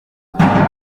mukanya